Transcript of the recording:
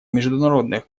международных